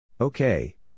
Okay